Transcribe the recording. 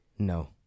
no